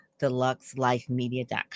deluxelifemedia.com